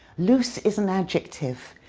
loose is an adjective,